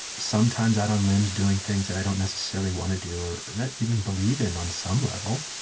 sometimes out on limbs doing things that i don't necessarily want to do or even believe in, on some level.